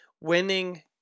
Winning